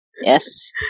Yes